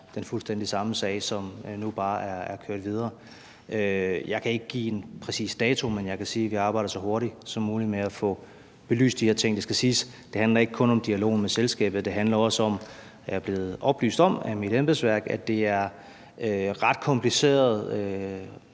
den fuldstændig samme sag, som nu bare er kørt videre. Jeg kan ikke give en præcis dato, men jeg kan sige, at vi arbejder så hurtigt som muligt med at få belyst de her ting. Det skal siges, at det ikke kun handler om dialogen med selskabet, det handler også om – er jeg blevet oplyst om af mit embedsværk – at det her er ret kompliceret